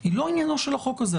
היא לא עניינו של החוק הזה.